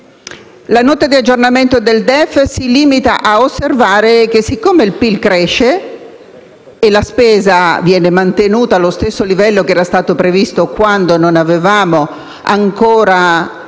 La Nota di aggiornamento del DEF si limita ad osservare che, siccome il PIL cresce e la spesa viene mantenuta allo stesso livello che era stato indicato quando non avevamo ancora